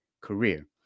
career